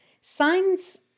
Signs